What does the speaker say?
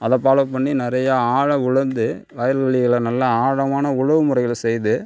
அதை பாலோ பண்ணி நிறைய ஆழ உழுது வயல் வெளிகளை நல்லா ஆழமான உழவு முறைகளை செய்து